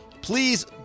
please